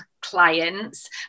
clients